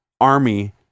army